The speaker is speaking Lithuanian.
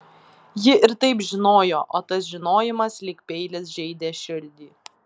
ji ir taip žinojo o tas žinojimas lyg peilis žeidė širdį